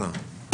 אנא.